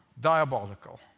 Diabolical